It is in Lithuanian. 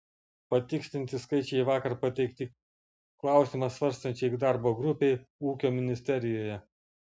patikslinti skaičiai vakar pateikti klausimą svarstančiai darbo grupei ūkio ministerijoje